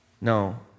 No